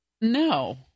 No